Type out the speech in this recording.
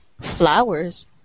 flowers